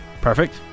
Perfect